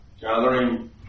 gathering